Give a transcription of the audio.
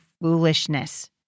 foolishness